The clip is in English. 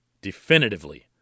definitively